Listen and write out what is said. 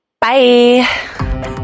Bye